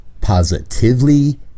positively